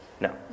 No